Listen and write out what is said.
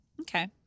Okay